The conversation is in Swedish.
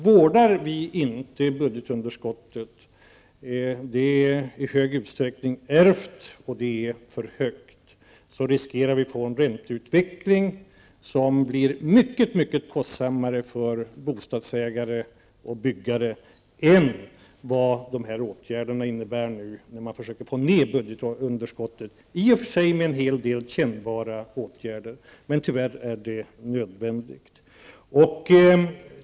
Vårdar vi inte budgetunderskottet -- det är i hög utsträckning ärvt, och det är för högt -- riskerar vi att få en ränteutveckling som blir mycket kostsammare för bostadsägare och byggare än vad åtgärderna innebär nu när man försöker få ner budgetunderskottet. Det blir i och för sig en hel del kännbara åtgärder. Men det är tyvärr nödvändigt.